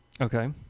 Okay